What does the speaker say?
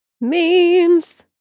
Memes